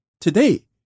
today